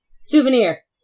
Souvenir